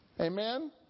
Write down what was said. Amen